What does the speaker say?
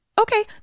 Okay